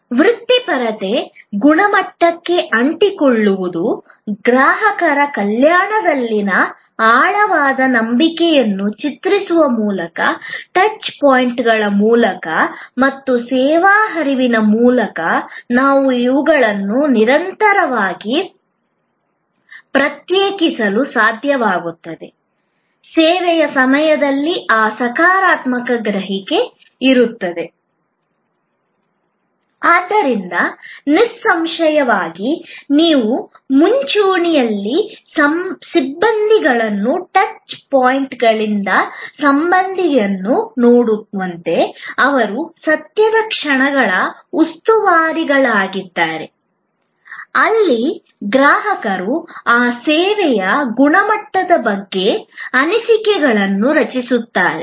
ವೃತ್ತಿಪರತೆ ಗುಣಮಟ್ಟಕ್ಕೆ ಅಂಟಿಕೊಳ್ಳುವುದು ಗ್ರಾಹಕರ ಕಲ್ಯಾಣದಲ್ಲಿನ ಆಳವಾದ ನಂಬಿಕೆಯನ್ನು ಚಿತ್ರಿಸುವ ಮೂಲಕ ಟಚ್ ಪಾಯಿಂಟ್ಗಳ ಮೂಲಕ ಮತ್ತು ಸೇವಾ ಹರಿವಿನ ಮೂಲಕ ನಾವು ಇವುಗಳನ್ನು ನಿರಂತರವಾಗಿ ಪ್ರಕ್ಷೇಪಿಸಲು ಸಾಧ್ಯವಾಗುತ್ತದೆ ಸೇವೆಯ ಸಮಯದಲ್ಲಿ ಆ ಸಕಾರಾತ್ಮಕ ಗ್ರಹಿಕೆ ಇರುತ್ತದೆ ಆದ್ದರಿಂದ ನಿಸ್ಸಂಶಯವಾಗಿ ನೀವು ಮುಂಚೂಣಿಯ ಸಿಬ್ಬಂದಿಗಳನ್ನು ಟಚ್ ಪಾಯಿಂಟ್ ಸಿಬ್ಬಂದಿಯನ್ನು ನೋಡುವಂತೆ ಅವರು ಸತ್ಯದ ಕ್ಷಣಗಳ ಉಸ್ತುವಾರಿಗಳಾಗಿದ್ದಾರೆ ಅಲ್ಲಿ ಗ್ರಾಹಕರು ಆ ಸೇವೆಯ ಗುಣಮಟ್ಟದ ಬಗ್ಗೆ ಅನಿಸಿಕೆಗಳನ್ನು ರಚಿಸುತ್ತಾರೆ